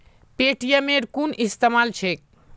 पेटीएमेर कुन इस्तमाल छेक